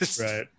Right